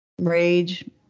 rage